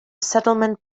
settlement